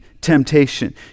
temptation